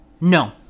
no